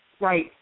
Right